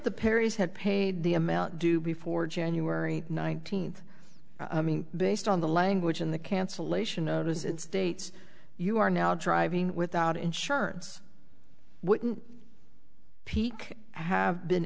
the perrys had paid the a male due before january nineteenth based on the language in the cancellation notice and states you are now driving without insurance wouldn't peek have been